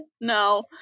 No